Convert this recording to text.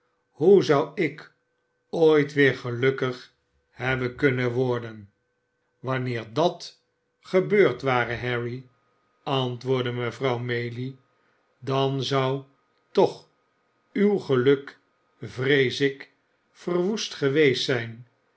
hoe zou ik ooit weer gelukkig hebben kunnen worden wanneer d a t gebeurd ware harry antwoordde mevrouw maylie dan zou toch uw geluk vrees ik verwoest geweest zijn